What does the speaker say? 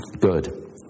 good